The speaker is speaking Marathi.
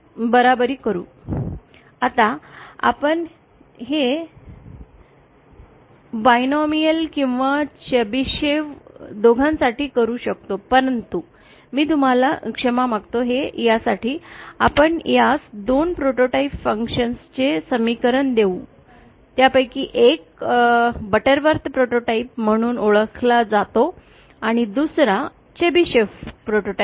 आता आपण हे द्विपक्षीय आणि चेबिसिव्ह दोघांसाठीही करू शकतो परंतु मी तुम्हाला क्षमा मागत आहे यासाठी आपण यास दोन प्रोटोटाइप फंक्शन्स चे समीकरण देऊ त्यापैकी एक बटरवर्थ प्रोटोटाइप म्हणून ओळखला जातो आणि दुसरे म्हणजे चेबेशेव प्रोटोटाइप